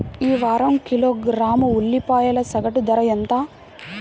ఈ వారం కిలోగ్రాము ఉల్లిపాయల సగటు ధర ఎంత?